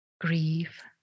grief